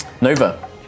Nova